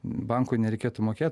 bankui nereikėtų mokėt